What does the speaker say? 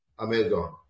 Amazon